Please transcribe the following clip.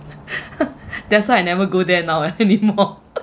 that's why I never go there now anymore